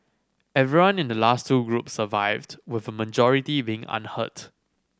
everyone in the last two groups survived with a majority being unhurt